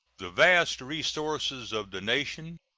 the vast resources of the nation,